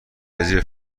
برزیل